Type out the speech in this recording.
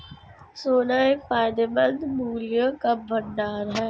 सोना एक फायदेमंद मूल्य का भंडार है